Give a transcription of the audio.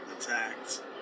attacked